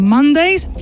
Mondays